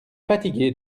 fatiguée